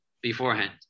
beforehand